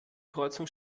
kreuzung